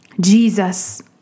Jesus